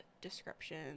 description